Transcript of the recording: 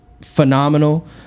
phenomenal